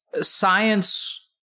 science